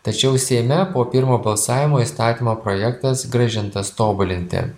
tačiau seime po pirmo balsavimo įstatymo projektas grąžintas tobulinti